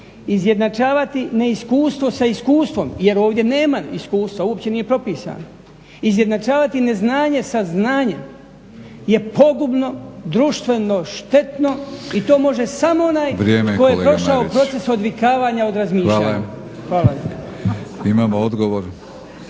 izjednačavati neiskustvo sa iskustvom jer ovdje nema iskustva, uopće nije propisano, izjednačavati neznanje sa znanjem je pogubno, društveno štetno i to može samo onaj tko je prošao proces odvikavanja od razmišljanja. Hvala. **Batinić,